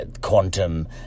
quantum